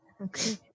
Okay